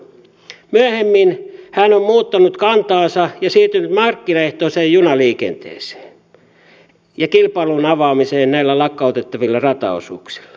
myöhemmin hän on muuttanut kantaansa ja siirtynyt markkinaehtoiseen junaliikenteeseen ja kilpailun avaamiseen näillä lakkautettavilla rataosuuksilla